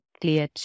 clear